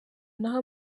naho